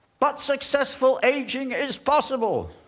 but successful aging is possible.